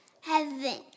Heaven